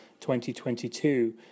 2022